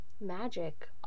magic